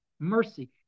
Mercy